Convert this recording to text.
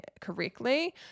correctly